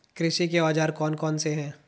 कृषि के औजार कौन कौन से हैं?